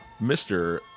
Mr